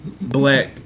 black